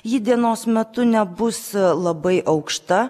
ji dienos metu nebus labai aukšta